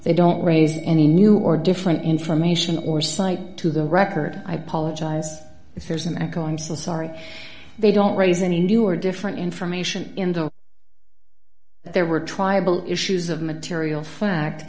they don't raise any new or different information or cite to the record if there's an echo i'm so sorry they don't raise any new or different information in though there were tribal issues of material fact